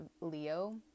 Leo